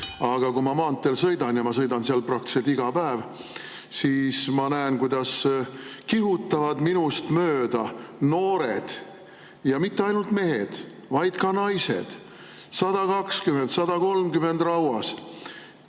Aga kui ma maanteel sõidan, ja sõidan seal praktiliselt iga päev, siis ma näen, kuidas kihutavad minust mööda noored – ja mitte ainult mehed, vaid ka naised –, 120, 130 rauas,